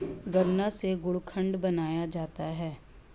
गन्ना से गुड़ खांड बनाया जाता है